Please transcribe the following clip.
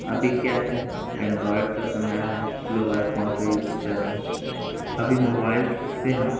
अभी क्या है एंड्रॉइड का समय है लोग आइफ़ोन का यूज़ कर रहें अभी मोबाइल से हम